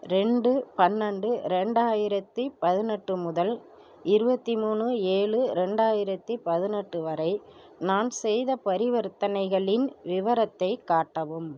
ரெண்டு பன்னெண்டு ரெண்டாயிரத்தி பதினெட்டு முதல் இருபத்தி மூணு ஏழு ரெண்டாயிரத்தி பதினெட்டு வரை நான் செய்த பரிவர்த்தனைகளின் விவரத்தைக் காட்டவும்